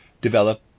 develop